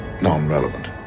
non-relevant